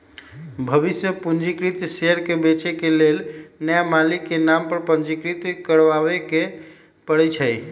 भविष में पंजीकृत शेयर के बेचे के लेल नया मालिक के नाम पर पंजीकृत करबाबेके परै छै